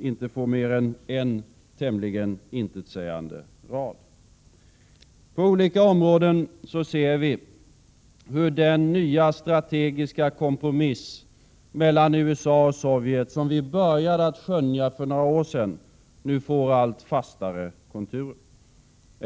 inte får mer än en tämligen intetsägande rad i utrikesdeklarationen. På olika områden ser vi hur den nya strategiska kompromiss mellan USA och Sovjet som vi började skönja för några år sedan nu får allt fastare konturer.